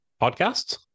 Podcasts